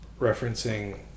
referencing